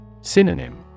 Synonym